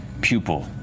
pupil